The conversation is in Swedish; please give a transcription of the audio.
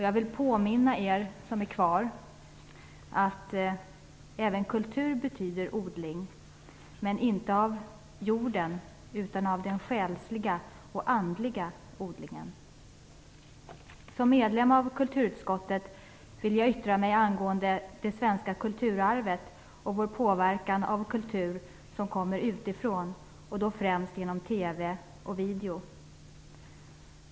Jag vill påminna er som är kvar att även kultur betyder odling, men inte av jorden. Det betyder själslig och andlig odling. Som medlem av kulturutskottet vill jag yttra mig angående det svenska kulturarvet och vår påverkan från kultur som kommer utifrån, främst genom TV och video.